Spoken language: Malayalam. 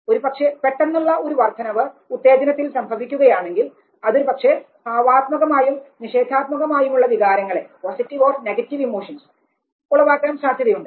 ഒരുപക്ഷേ പെട്ടെന്നുള്ള ഒരു വർദ്ധനവ് ഉത്തേജനത്തിൽ സംഭവിക്കുകയാണെങ്കിൽ അതൊരുപക്ഷേ ഭാവാത്മകമായും നിഷേധാത്മകമായും ഉള്ള വികാരങ്ങളെ ഉളവാക്കാൻ സാധ്യതയുണ്ട്